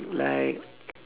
like